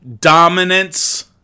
dominance